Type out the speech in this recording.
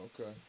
Okay